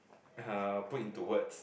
uh put into words